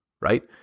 right